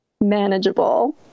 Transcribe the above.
manageable